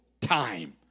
time